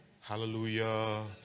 Hallelujah